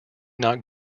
not